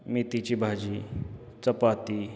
मेथीची भाजी चपाती